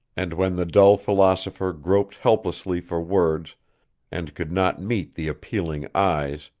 and when the dull philosopher groped helplessly for words and could not meet the appealing eyes,